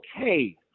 okay